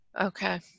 Okay